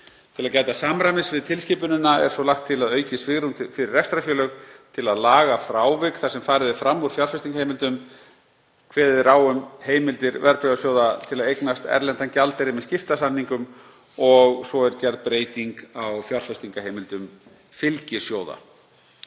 Til að gæta samræmis við tilskipunina er svo lagt til aukið svigrúm fyrir rekstrarfélög til að laga frávik þar sem farið er fram úr fjárfestingarheimildum, kveðið er á um heimildir verðbréfasjóða til að eignast erlendan gjaldeyri með skiptasamningum og svo er gerð breyting á fjárfestingarheimildum fylgisjóða.